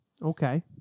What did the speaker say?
Okay